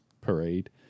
parade